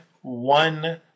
one